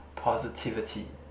positivity